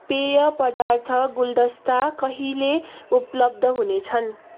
पेय पदार्थ गुलदस्ता कहिले उपलब्ध हुने छन्